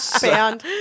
band